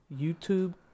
YouTube